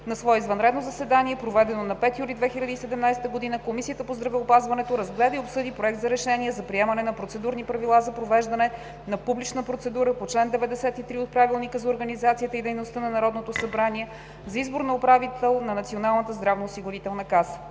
На свое извънредно заседание, проведено на 5 юли 2017 г., Комисията по здравеопазването разгледа и обсъди Проект за решение за приемане на процедурни правила за провеждане на публична процедура по чл. 93 от Правилника за организацията и дейността на Народното събрание за избор на управител на Националната здравноосигурителна каса.